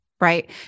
Right